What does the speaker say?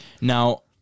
Now